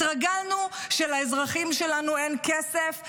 התרגלנו שלאזרחים שלנו אין כסף.